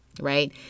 right